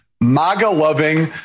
MAGA-loving